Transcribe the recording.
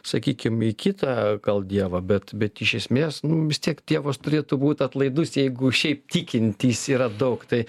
sakykim į kitą gal dievą bet bet iš esmės nu vis tiek tėvas turėtų būt atlaidus jeigu šiaip tikintys yra daug tai